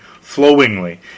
flowingly